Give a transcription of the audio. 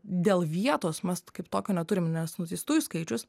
dėl vietos mas kaip tokio neturim nes nuteistųjų skaičius